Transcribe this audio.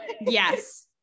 Yes